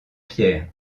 pierre